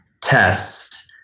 tests